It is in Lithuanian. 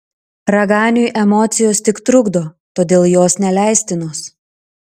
raganiui emocijos tik trukdo todėl jos neleistinos